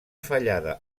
fallada